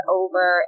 over